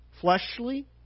fleshly